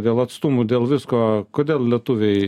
dėl atstumų dėl visko kodėl lietuviai